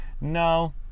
No